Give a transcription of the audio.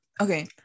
Okay